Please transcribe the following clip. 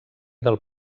del